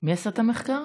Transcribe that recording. מי עשה את המחקר?